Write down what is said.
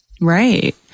Right